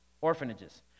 orphanages